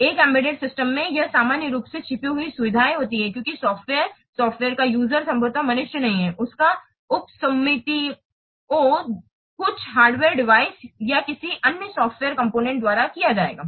एक embedded system में यह सामान्य रूप से छिपी हुई सुविधाएँ होती हैं क्योंकि सॉफ़्टवेयर सॉफ़्टवेयर का यूजरस संभवतः मनुष्य नहीं है इसका उपसुम्मातिओं कुछ हार्डवेयर डिवाइस या किसी अन्य सॉफ़्टवेयर कॉम्पोनेन्ट द्वारा किया जाएगा